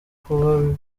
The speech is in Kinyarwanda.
kuba